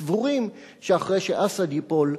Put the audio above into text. סבורים שאחרי שאסד ייפול,